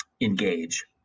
engage